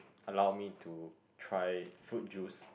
allow me to try fruit juice